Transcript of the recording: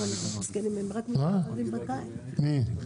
דוד,